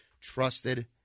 trusted